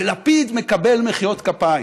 ולפיד מקבל מחיאות כפיים.